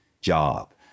job